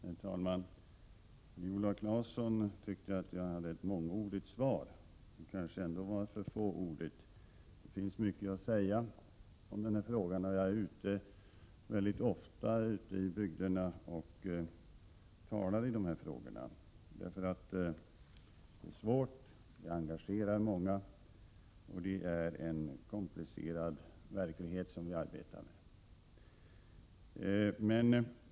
Herr talman! Viola Claesson tycker att svaret var mångordigt. Det kanske ändå var för fåordigt. Det finns ju mycket att säga om den här frågan, och jag är ofta ute i bygderna och talar i dessa frågor. Ämnet är svårt och engagerar många, och det är en komplicerad verklighet som vi arbetar med.